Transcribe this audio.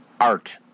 art